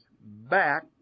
back